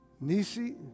Nisi